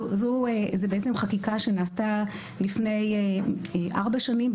זאת חקיקה שנעשתה לפני ארבע שנים,